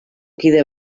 kide